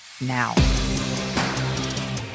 now